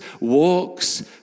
walks